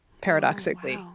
paradoxically